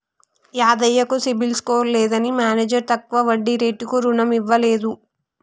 యాదయ్య కు CIBIL score లేదని manager తక్కువ వడ్డీ రేటుకు రుణం ఇవ్వలేదు